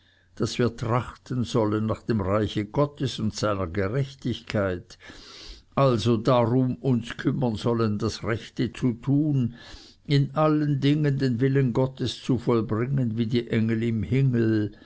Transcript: daß wir trachten sollen nach dem reiche gottes und seiner gerechtigkeit also darum uns kümmern sollen das rechte zu tun in allen dingen den willen gottes zu vollbringen wie die engel im himmel